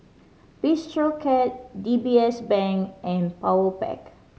Bistro Cat D B S Bank and Powerpac